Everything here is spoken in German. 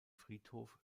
friedhof